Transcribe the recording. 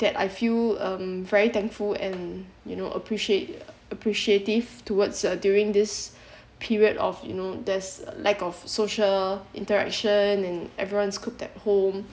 that I feel um very thankful and you know appreciate appreciative towards uh during this period of you know there's a lack of social interaction and everyone's cooped at home